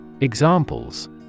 Examples